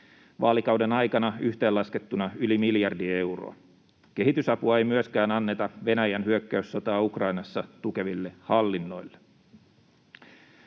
vaalikauden aikana yhteenlaskettuna yli miljardi euroa. Kehitysapua ei myöskään anneta Venäjän hyökkäyssotaa Ukrainassa tukeville hallinnoille.